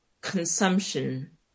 consumption